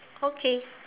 okay